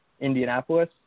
Indianapolis